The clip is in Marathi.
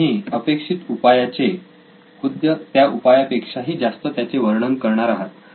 तुम्ही अपेक्षित उपायाचे खुद्द त्या उपायापेक्षाही जास्त त्याचे वर्णन करणार आहात